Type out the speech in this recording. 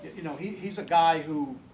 you know he's he's a guy who?